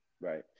Right